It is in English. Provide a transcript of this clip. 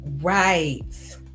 Right